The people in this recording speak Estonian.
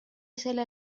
selle